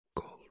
gold